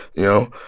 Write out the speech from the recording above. you know?